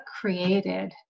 created